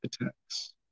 attacks